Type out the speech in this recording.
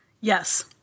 Yes